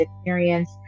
experience